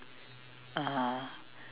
uh